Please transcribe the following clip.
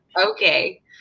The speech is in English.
okay